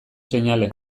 seinale